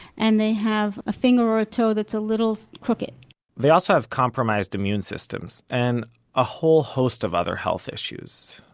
and they have a finger or a toe that's a little crooked they also have compromised immune systems, and a whole host of other health issues.